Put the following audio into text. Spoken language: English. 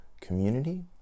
community